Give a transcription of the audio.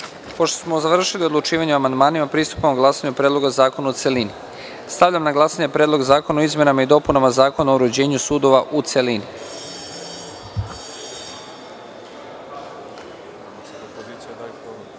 smo završili odlučivanje o amandmanima, pristupamo glasanju o Predlogu zakona u celini. Stavljam na glasanje Predlog zakona o izmenama i dopunama Zakona o uređenju sudova, u celini. Molim